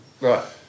Right